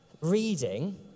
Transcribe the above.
reading